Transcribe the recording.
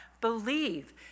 Believe